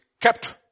kept